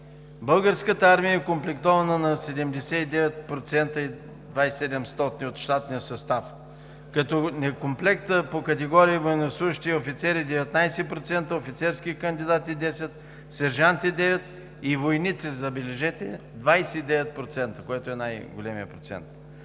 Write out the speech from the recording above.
Българската армия е окомплектована на 79,27% от щатния състав, като некомплектът по категории военнослужещи и офицери е 19%, офицерски кандидати – 10%, сержанти – 9%, и войници, забележете, 29%, който е най-големият процент.